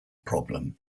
problem